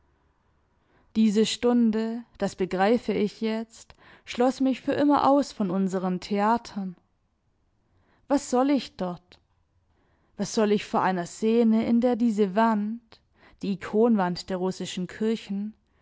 diese stunde das begreife ich jetzt schloß mich für immer aus von unseren theatern was soll ich dort was soll ich vor einer szene in der diese wand die ikonwand der